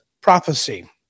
prophecy